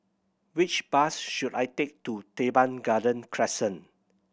which bus should I take to Teban Garden Crescent